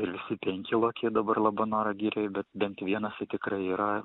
ir visi penki lokiai dabar labanoro girioj bet bent vienas tai tikra yra